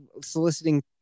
soliciting